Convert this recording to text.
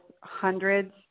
hundreds